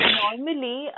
normally